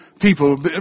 people